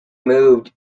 moved